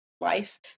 life